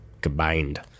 combined